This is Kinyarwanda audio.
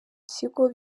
kigo